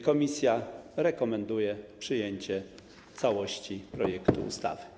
Komisja rekomenduje przyjęcie w całości projektu ustawy.